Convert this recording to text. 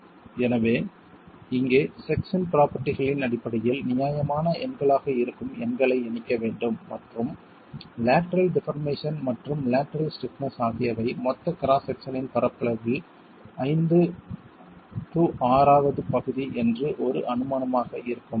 எனவே இங்கே செக்சன் ப்ரோபெர்டிகளின் அடிப்படையில் நியாயமான எண்களாக இருக்கும் எண்களை இணைக்க வேண்டும் மற்றும் லேட்டரல் டிபார்மேசன் மற்றும் லேட்டரல் ஸ்டிப்னஸ் ஆகியவை மொத்த கிராஸ் செக்சனின் பரப்பளவில் 5 6 வது பகுதி என்று ஒரு அனுமானமாக இருக்க முடியும்